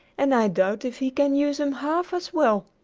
and i doubt if he can use them half as well.